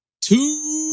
two